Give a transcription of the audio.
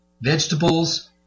vegetables